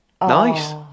Nice